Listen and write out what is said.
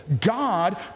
god